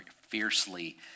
fiercely